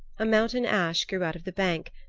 a mountain ash grew out of the bank,